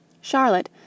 Charlotte